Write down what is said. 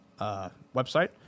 website